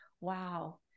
wow